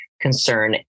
concern